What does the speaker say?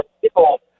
people